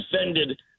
offended